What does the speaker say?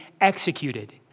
executed